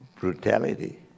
brutality